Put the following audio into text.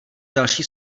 další